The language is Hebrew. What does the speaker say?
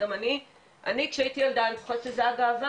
אני כשהייתי ילדה אני זוכרת שזו היתה גאווה